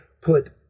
put